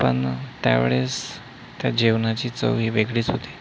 पण त्यावेळेस त्या जेवणाची चव ही वेगळीच होती